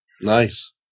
Nice